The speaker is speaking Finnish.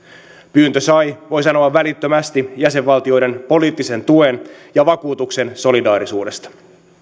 pyyntö sai voi sanoa välittömästi jäsenvaltioiden poliittisen tuen ja vakuutuksen solidaarisuudesta